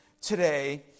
today